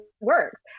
works